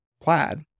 plaid